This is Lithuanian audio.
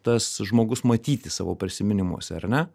tas žmogus matyti savo prisiminimuose ar ne